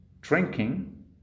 drinking